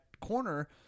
corner